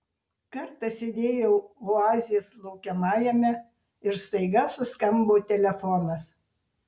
kartą sėdėjau oazės laukiamajame ir staiga suskambo telefonas